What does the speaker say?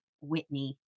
Whitney